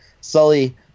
Sully